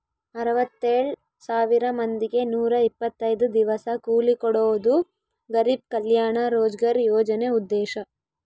ಅರವತ್ತೆಳ್ ಸಾವಿರ ಮಂದಿಗೆ ನೂರ ಇಪ್ಪತ್ತೈದು ದಿವಸ ಕೂಲಿ ಕೊಡೋದು ಗರಿಬ್ ಕಲ್ಯಾಣ ರೋಜ್ಗರ್ ಯೋಜನೆ ಉದ್ದೇಶ